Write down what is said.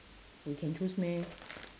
we can choose meh